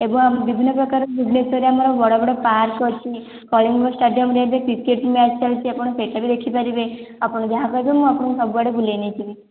ଏବଂ ବିଭିନ୍ନ ପ୍ରକାର ଭୁବନେଶ୍ୱର ରେ ଆମର ବଡ଼ ବଡ଼ ପାର୍କ ଅଛି କଳିଙ୍ଗ ଷ୍ଟାଡିୟମରେ ଏବେ କ୍ରିକେଟ ମ୍ୟାଚ ଚାଲିଛି ଆପଣ ସେଇଟାବି ଦେଖିପାରିବେ ଆପଣ ଯାହା କହିବେ ମୁଁ ଆପଣଙ୍କୁ ସବୁ ଆଡ଼େ ବୁଲେଇ ନେଇଯିବି